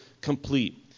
complete